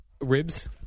Ribs